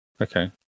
Okay